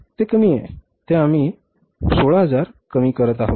ते कमी आहे आम्ही वजा 16000 कमी करीत आहोत